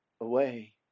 away